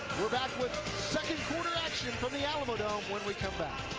we're back with second quarter action from the alamodome when we come back.